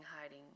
hiding